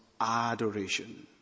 adoration